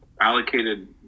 allocated